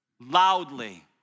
loudly